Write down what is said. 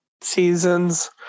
seasons